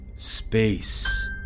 Space